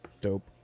dope